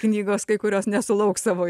knygos kai kurios nesulauks savo